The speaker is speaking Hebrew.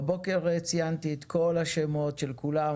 בבוקר ציינתי את כל השמות של כולם,